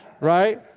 right